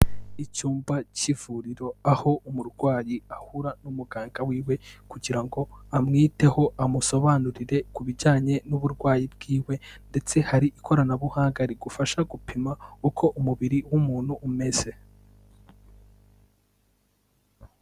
Icyumba cy'ivuriro, aho umurwayi ahura n'umuganga wiwe kugira ngo amwiteho amusobanurire ku bijyanye n'uburwayi bw'iwe, ndetse hari ikoranabuhanga rigufasha gupima uko umubiri w'umuntu umeze.